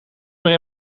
meer